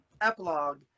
epilogue